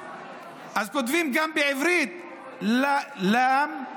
אז כותבים גם בערבית ל"ם,